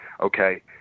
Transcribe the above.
Okay